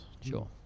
Sure